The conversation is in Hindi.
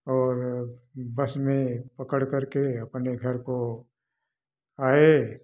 और बस में पकड़ करके अपने घर को आए